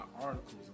articles